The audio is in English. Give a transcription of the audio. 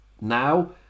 now